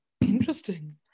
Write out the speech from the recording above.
Interesting